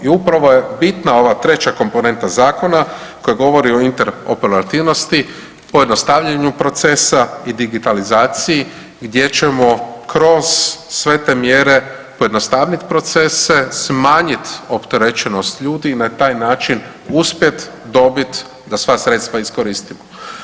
I upravo je bitna ova treća komponenta zakona koja govori o interoperativnosti, pojednostavljenju procesa i digitalizaciji gdje ćemo kroz sve te mjere pojednostaviti procese, smanjiti opterećenost ljudi i na taj način uspjeti dobiti da sva sredstva iskoristimo.